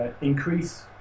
increase